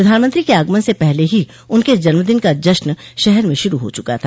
प्रधानमंत्री के आगमन से पहले ही उनके जन्मदिन का जश्न शहर में शुरू हो चुका था